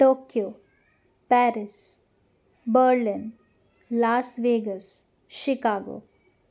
Tokyo Paris Berlin Las Vegas Chicago